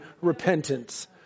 repentance